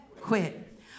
Quit